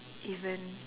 even